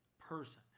person